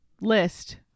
list